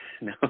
No